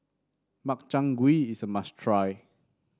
Makchang Gui is a must try